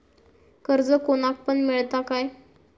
कर्ज कोणाक पण मेलता काय?